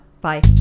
bye